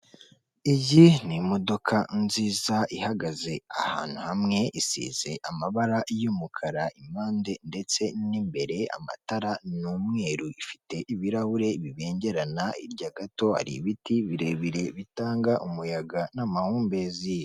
Iyi ni imodoka nziza ihagaze ahantu hamwe isize amabara y'umukara impande ndetse n'imbere, amatara n'umweru ifite ibirahure bibengerana hirya gato hari ibiti birebire bitanga umuyaga n'amahumbezi.